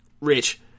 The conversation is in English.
Rich